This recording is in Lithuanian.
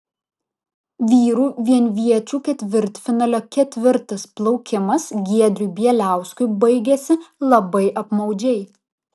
vyrų vienviečių ketvirtfinalio ketvirtas plaukimas giedriui bieliauskui baigėsi labai apmaudžiai